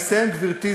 אני אסיים, גברתי.